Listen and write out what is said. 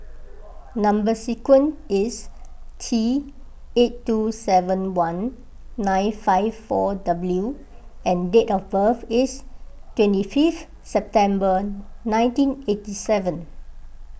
Number Sequence is T eight two seven one nine five four W and date of birth is twenty fifth September nineteen eighty seven